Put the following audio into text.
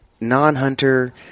non-hunter